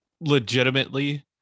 legitimately